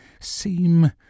seem